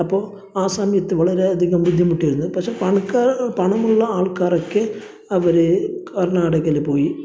അപ്പോൾ ആ സമയത്ത് വളരെ അധികം ബുട്ടിമുട്ടിയിരുന്നു പക്ഷേ പണക്കാര് പണമുള്ള ആൾക്കാരൊക്കെ അവര് കർണ്ണാടകയില് പോയി